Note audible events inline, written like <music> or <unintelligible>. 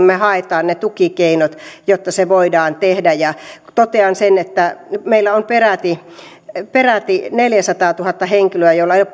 <unintelligible> me haemme ne tukikeinot jotta se voidaan tehdä niille henkilöille joille tämä ei ole mahdollista syystä tai toisesta totean sen että meillä on peräti peräti neljäsataatuhatta henkilöä joilla ei ole